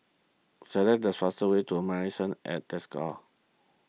select the fastest way to Marrison at Desker